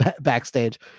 backstage